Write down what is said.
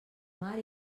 mar